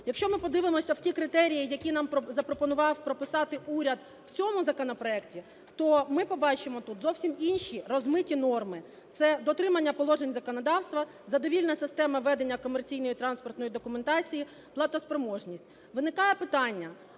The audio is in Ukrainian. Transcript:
Якщо ми подивимося в ті критерії, які нам запропонував прописати уряд в цьому законопроекті, то ми побачимо тут зовсім інші, розмиті норми. Це дотримання положень законодавства, задовільна система ведення комерційної транспортної документації, платоспроможність. Виникає питання: